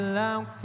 long